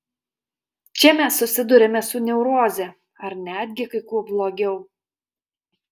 čia mes susiduriame su neuroze ar netgi kai kuo blogiau